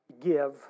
give